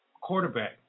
quarterback